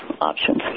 options